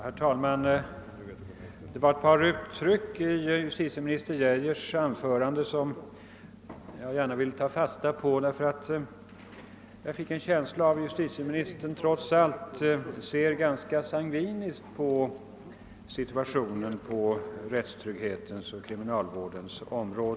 Herr talman! Det var ett par uttryck i justitieminister Geijers anförande som jag gärna vill ta fasta på, eftersom jag fick en känsla av att justitieministern trots allt ser ganska sangviniskt på situationen när det gäller rättstryggheten och kriminalvården.